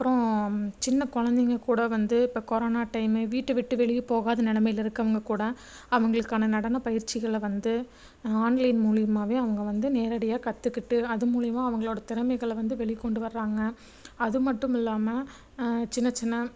அப்புறம் சின்ன குழந்தைங்க கூட வந்து இப்போ கொரானா டைமு வீட்டை விட்டு வெளியே போகாத நிலைமையில் இருக்கவங்க கூட அவங்களுக்கான நடனப் பயிற்சிகளை வந்து ஆன்லைன் மூலியமாகவே அவங்க வந்து நேரடியாக கத்துக்கிட்டு அது மூலியமாக அவங்களோட திறமைகளை வந்து வெளிக் கொண்டு வர்றாங்க அது மட்டும் இல்லாமல் சின்ன சின்ன